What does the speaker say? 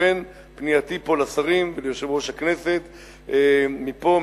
לכן פנייתי לשרים וליושב-ראש הכנסת מפה,